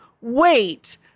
wait